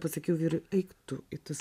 pasakiau ir eik tu į tas